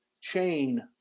chain